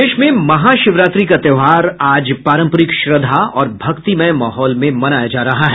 प्रदेश में महाशिवरात्रि का त्योहार आज पारम्परिक श्रद्धा और भक्तिमय माहौल में मनाया जा रहा है